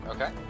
Okay